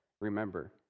remember